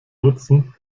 nutzen